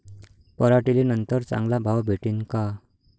पराटीले नंतर चांगला भाव भेटीन का?